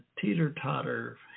teeter-totter